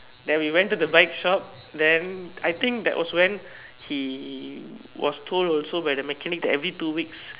then we went to the bike shop then I think that was when he was told also where mechanic every two weeks